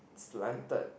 slanted